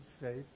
faith